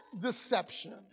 deception